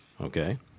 okay